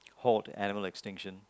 halt animal extinction